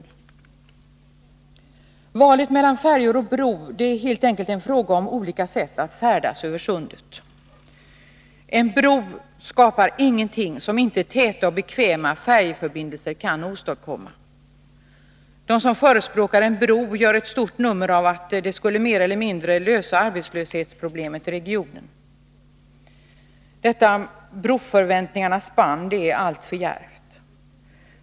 Valet mellan färjor och bro gäller helt enkelt olika sätt att färdas över sundet. En bro skapar ingenting som inte täta och bekväma färjeförbindelser kan åstadkomma. De som förespråkar en bro gör ett stort nummer av att den mer eller mindre skulle lösa arbetslöshetsproblemet i regionen. Detta broförväntningarnas spann är alltför djärvt.